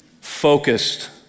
focused